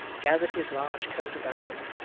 gathered his large coat about him,